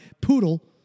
poodle